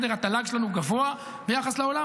התל"ג שלנו גבוה ביחס לעולם,